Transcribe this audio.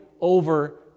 over